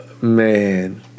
man